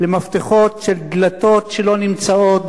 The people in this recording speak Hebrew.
מפתחות של דלתות שלא נמצאות,